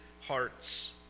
hearts